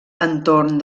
entorn